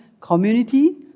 community